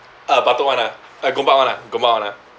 uh batok [one] ah